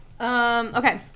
Okay